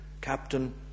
captain